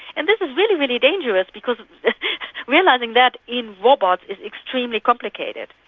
and this is really, really dangerous because realising that in robots is extremely complicated.